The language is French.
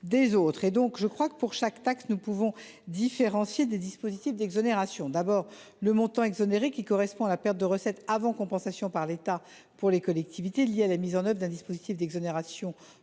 des autres. Pour chaque taxe, nous pouvons donc différencier des dispositifs d’exonération. Le montant exonéré correspond à la perte de recettes avant compensation par l’État pour les collectivités liée à la mise en œuvre d’un dispositif d’exonération de droit.